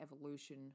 evolution